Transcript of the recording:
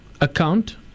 account